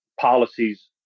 policies